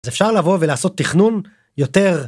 אפשר לבוא ולעשות תכנון יותר...